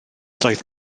doedd